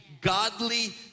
godly